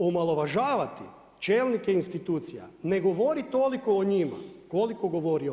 Omalovažavati čelnike institucija, ne govori toliko o njima koliko govori o vama.